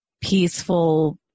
peaceful